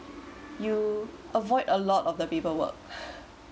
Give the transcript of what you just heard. you avoid a lot of the paperwork